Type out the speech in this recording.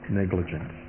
negligent